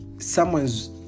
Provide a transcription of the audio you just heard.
someone's